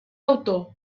autor